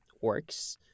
works